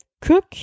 cook